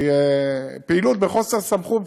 כי פעילות בחוסר סמכות,